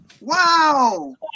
Wow